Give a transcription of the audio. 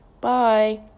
Bye